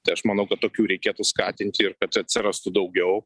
tai aš manau kad tokių reikėtų skatinti ir kad atsirastų daugiau